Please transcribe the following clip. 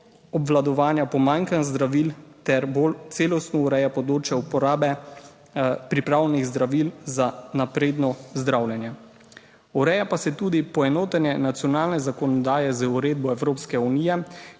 obvladovanja pomanjkanja zdravil ter bolj celostno ureja področje uporabe pripravljenih zdravil za napredno zdravljenje. Ureja pa se tudi poenotenje nacionalne zakonodaje z uredbo Evropske unije